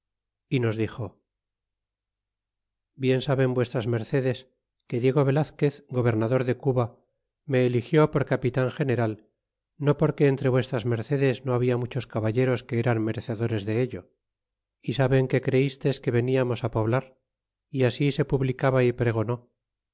y nos dixo bien saben vs mercedes que diego velazquez gobernador de cuba me eligió por capitan general no porque entre vs mercedes no habla muchos caballeros que eran merecedores dello y saben que creistes que veniamos poblar y así se publicaba y pregonó